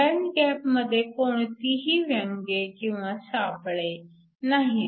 band गॅपमध्ये कोणतीही व्यंगे किंवा सापळे नाहीत